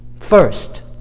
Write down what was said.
First